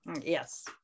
Yes